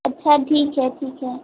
अच्छा ठीक है ठीक है